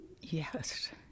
Yes